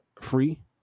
Free